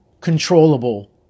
controllable